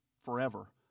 forever